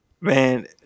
man